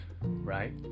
right